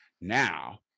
Now